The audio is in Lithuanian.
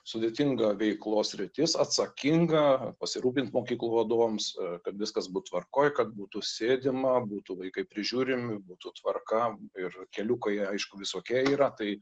sudėtinga veiklos sritis atsakinga pasirūpint mokyklų vadovams kad viskas būt tvarkoj kad būtų sėdima būtų vaikai prižiūrimi būtų tvarka ir keliukai aišku visokie yra tai